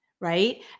right